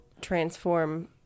transform